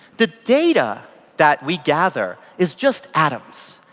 the data that we gather is just atoms.